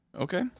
Okay